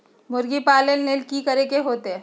मुर्गी पालन ले कि करे के होतै?